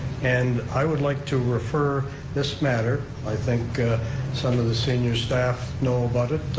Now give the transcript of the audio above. and i would like to refer this matter, i think some of the senior staff know about it,